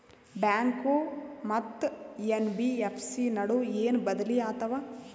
Bank ಮತ್ತ NBFC ನಡುವ ಏನ ಬದಲಿ ಆತವ?